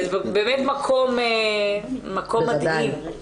מקום מדהים.